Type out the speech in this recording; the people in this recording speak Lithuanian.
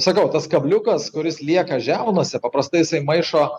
sakau tas kabliukas kuris lieka žiaunose paprastai jisai maišo